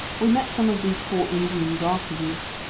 we met some of these poor indians afterwards,